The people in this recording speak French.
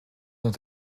dans